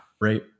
right